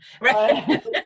Right